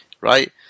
right